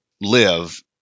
live